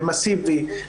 ומסיבי,